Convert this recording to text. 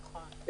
נכון.